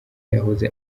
yahoze